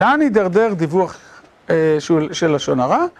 לאן הידרדר, דיווח של לשון הרע.